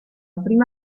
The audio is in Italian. prima